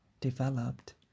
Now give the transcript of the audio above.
developed